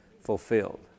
Fulfilled